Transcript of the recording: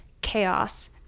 chaos